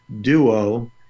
duo